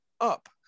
up